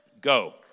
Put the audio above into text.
go